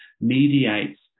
mediates